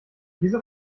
wieso